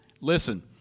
Listen